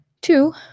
Two